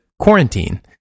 quarantine